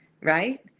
right